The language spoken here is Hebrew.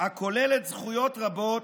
הכוללת זכויות רבות,